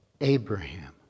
Abraham